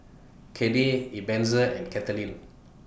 Cade Ebenezer and Katelin